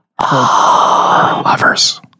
Lovers